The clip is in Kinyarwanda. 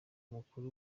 amakuru